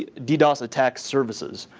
ah ddos attack services.